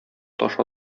таш